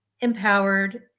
Empowered